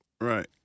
Right